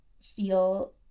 feel